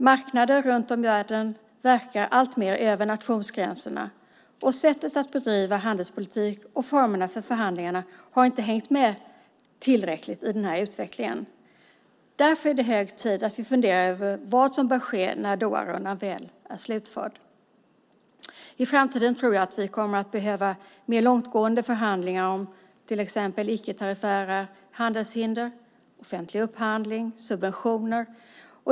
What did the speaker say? Marknader runt om i världen verkar alltmer över nationsgränserna. Sättet att bedriva handelspolitik och formerna för förhandlingarna har inte hängt med tillräckligt i den här utvecklingen. Därför är det hög tid att vi funderar på vad som bör ske när Doharundan väl är slutförd. I framtiden tror jag att vi kommer att behöva mer långtgående förhandlingar om icke-tariffära handelshinder, offentlig upphandling och subventioner.